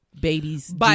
babies